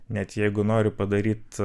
net jeigu nori padaryt